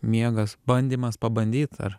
miegas bandymas pabandyt ar